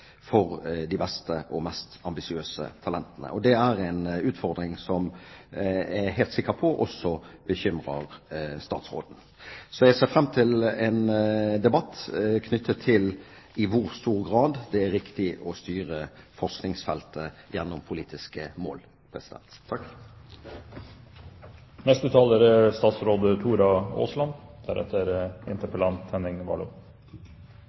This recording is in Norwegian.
for de beste og mest ambisiøse talentene. Det er en utfordring som jeg er helt sikker på også bekymrer statsråden. Så jeg ser fram til en debatt knyttet til i hvor stor grad det er riktig å styre forskningsfeltet gjennom politiske mål.